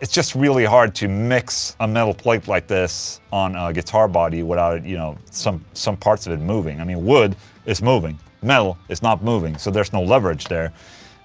it's just really hard to mix a metal plate like this on a guitar body without you know, some some parts of it moving, i mean, wood is moving metal is not moving, so there's no leverage there